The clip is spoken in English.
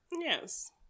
Yes